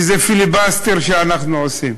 שזה פיליבסטר שאנחנו עושים.